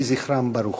יהי זכרם ברוך.